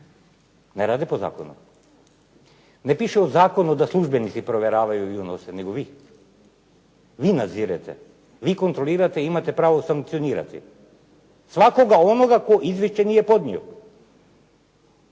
ne rade po zakonu. Ne piše u zakonu da službenici provjeravaju i unose, nego vi. Vi nadzirete, vi kontrolirate i imate pravo sankcionirati svakoga onoga tko izvješće nije podnio.